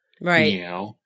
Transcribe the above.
Right